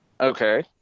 Okay